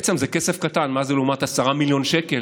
בעצם זה כסף קטן, מה זה לעומת 10 מיליון שקל